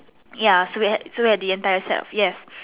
ya so we had so we had the entire set yes